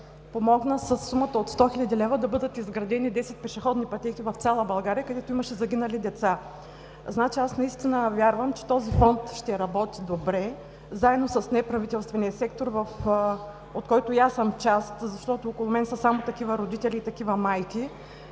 помогна със сумата от 100 хил. лв. да бъдат изградени десет пешеходни пътеки в цяла България, където имаше загинали деца. Вярвам, че този Фонд ще работи добре заедно с неправителствения сектор, от който и аз съм част, защото около мен са само такива родители и такива майки.